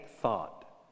thought